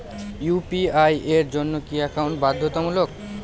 UPI এর জন্য কি একাউন্ট বাধ্যতামূলক?